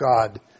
God